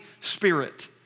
Spirit